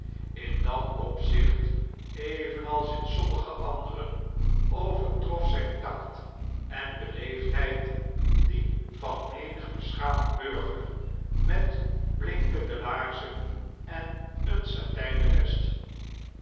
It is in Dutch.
in dat opzicht evenals in sommige anderen overtrof zyn tact en beleefdheid die van menig beschaafd burger met blinkende laarzen en een satpen vest